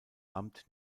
amt